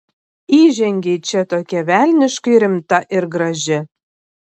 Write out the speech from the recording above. įžengei čia tokia velniškai rimta ir graži